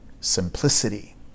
simplicity